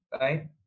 right